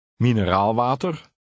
mineraalwater